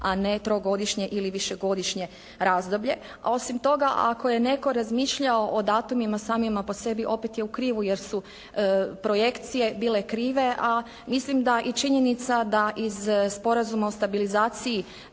a ne trogodišnje ili višegodišnje razdoblje. A osim toga ako je netko razmišljao o datumima samima po sebi opet je u krivu jer su projekcije bile krive a mislim da i činjenica da iz Sporazuma o stabilizaciji